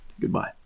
goodbye